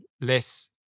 less